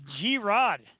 G-Rod